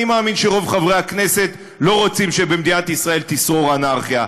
אני מאמין שרוב חברי הכנסת לא רוצים שבמדינת ישראל תשרור אנרכיה.